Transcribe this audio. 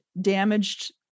damaged